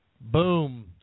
Boom